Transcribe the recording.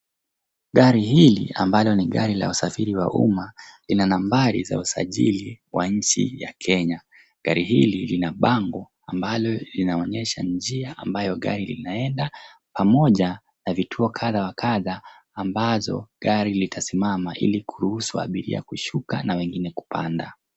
Gari hili ambalo ni gari la usafiri wa umma lina nambari za usajili wa nchi ya Kenya. Gari hili lina bango ambalo linaonyesha njia ambayo gari linaenda pamoja na vituo kadha wa kadha ambapo gari litasimama ili kuruhusu abiria kushuka na wengine kupanda.